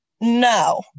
No